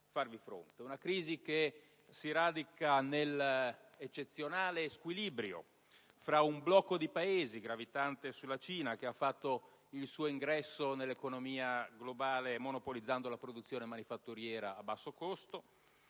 Una crisi che si radica nell'eccezionale squilibrio tra un blocco di Paesi gravitante sulla Cina, che ha fatto il suo ingresso nell'economia globale monopolizzando la produzione manifatturiera a basso costo,